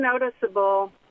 noticeable